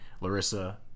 Larissa